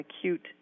acute